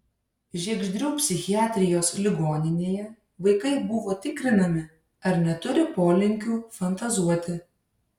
žiegždrių psichiatrijos ligoninėje vaikai buvo tikrinami ar neturi polinkių fantazuoti